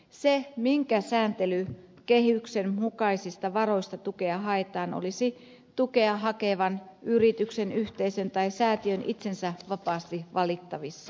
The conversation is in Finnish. se minkä sääntelykehyksen mukaisista varoista tukea haetaan olisi tukea hakevan yrityksen yhteisön tai säätiön itsensä vapaasti valittavissa